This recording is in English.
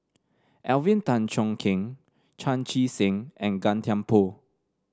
Alvin Tan Cheong Kheng Chan Chee Seng and Gan Thiam Poh